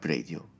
Radio